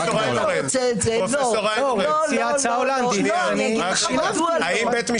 אני אגיד לך מדוע לא.